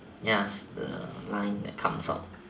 yes the line that comes out